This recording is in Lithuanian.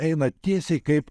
eina tiesiai kaip